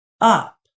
up